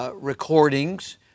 Recordings